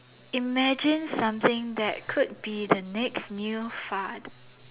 imagine something that could be the next new fad